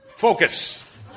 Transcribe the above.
Focus